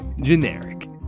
Generic